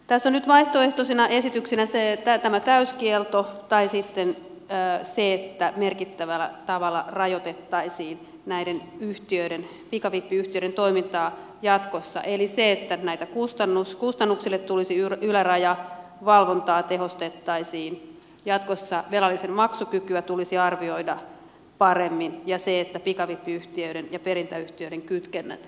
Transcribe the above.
tässä ovat nyt vaihtoehtoisina esityksinä tämä täyskielto tai sitten se että merkittävällä tavalla rajoitettaisiin näiden pikavippiyhtiöiden toimintaa jatkossa eli kustannuksille tulisi yläraja valvontaa tehostettaisiin jatkossa velallisen maksukykyä tulisi arvioida paremmin ja pikavippiyhtiöiden ja perintäyhtiöiden kytkennät kiellettäisiin